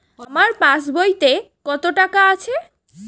আমার পাস বইতে কত টাকা আছে?